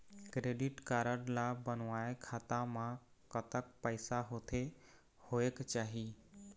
Credit card ला बनवाए खाता मा कतक पैसा होथे होएक चाही?